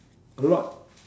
a lot